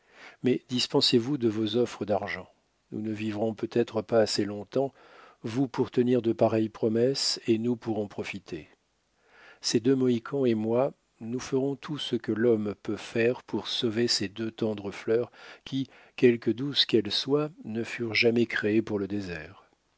mais dispensez vous de vos offres d'argent nous ne vivrons peut-être pas assez longtemps vous pour tenir de pareilles promesses et nous pour en profiter ces deux mohicans et moi nous ferons tout ce que l'homme peut faire pour sauver ces deux tendres fleurs qui quelque douces qu'elles soient ne furent jamais créées pour le désert